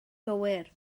gywir